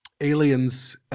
Aliens